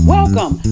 Welcome